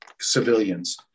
civilians